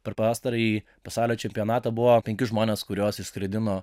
per pastarąjį pasaulio čempionatą buvo penki žmonės kuriuos išskridimo